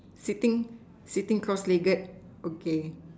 sitting sitting cross legged okay